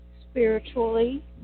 spiritually